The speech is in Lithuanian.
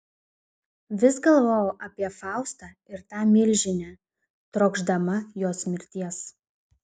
vis galvojau apie faustą ir tą milžinę trokšdama jos mirties